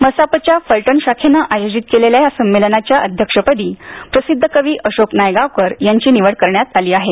मसापच्या फलटण शाखेनं आयोजित केलेल्या या संमेलनाच्या अध्यक्षपदी प्रसिद्ध कवी अशोक नायगावकर यांची निवड करण्यात आली आहे